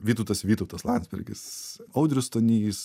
vytautas vytautas landsbergis audrius stonys